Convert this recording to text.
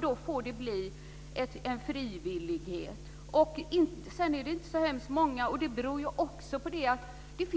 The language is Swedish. Då får det bli en frivillighet. Det rör sig inte om så många barn. Det handlar